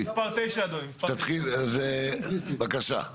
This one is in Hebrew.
תתחיל, בבקשה.